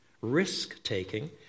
risk-taking